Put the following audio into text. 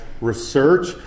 research